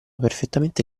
perfettamente